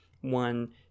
one